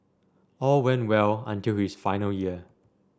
all went well until his final year